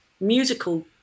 musical